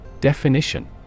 Definition